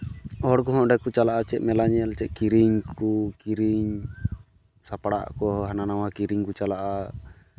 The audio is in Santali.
ᱦᱚᱲ ᱠᱚᱦᱚᱸ ᱚᱸᱰᱮ ᱠᱚ ᱪᱟᱞᱟᱜᱼᱟ ᱪᱮᱫ ᱢᱮᱞᱟ ᱧᱮᱞ ᱪᱮᱫ ᱠᱤᱨᱤᱧ ᱠᱚ ᱠᱤᱨᱤᱧ ᱥᱟᱯᱲᱟᱜ ᱟᱠᱚ ᱦᱟᱱᱟ ᱱᱚᱣᱟ ᱠᱤᱨᱤᱧ ᱠᱚ ᱪᱟᱞᱟᱜᱼᱟ